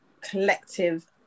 collective